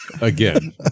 Again